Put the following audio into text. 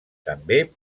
també